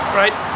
right